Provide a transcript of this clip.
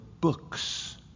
books